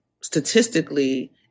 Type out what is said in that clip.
statistically